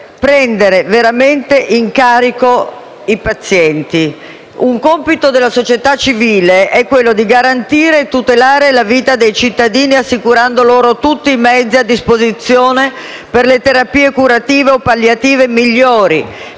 prendere veramente in carico i pazienti. Un compito della società civile è tutelare la vita dei cittadini, assicurando loro tutti i mezzi a disposizione per le terapie curative o palliative migliori,